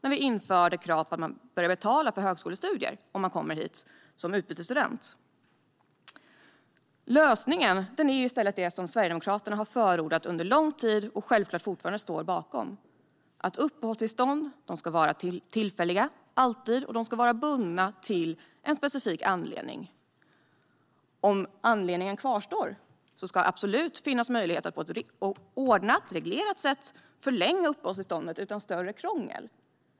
Då införde vi krav på att utbytesstudenter ska betala för högskolestudier här. Lösningen är i stället det som Sverigedemokraterna har förordat under lång tid och som vi självklart fortfarande står bakom. Uppehållstillstånd ska alltid vara tillfälliga, och de ska vara bundna till en specifik anledning. Om anledningen kvarstår ska det absolut finnas möjlighet att på ett ordnat och reglerat sätt förlänga uppehållstillståndet utan större krångel.